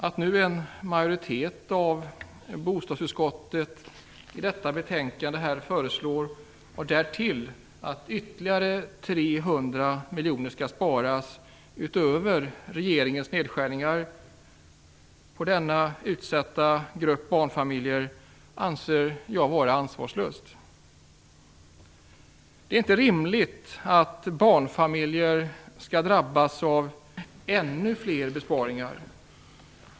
Att nu en majoritet av bostadsutskottet i detta betänkande därtill föreslår att ytterligare 300 miljoner skall sparas, utöver regeringens nedskärningar, på denna utsatta grupp barnfamiljer anser jag vara ansvarslöst. Det är inte rimligt att barnfamiljer skall drabbas av ännu fler besparingar.